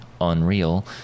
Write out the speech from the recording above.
Unreal